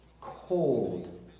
cold